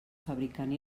fabricant